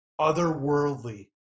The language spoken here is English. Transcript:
otherworldly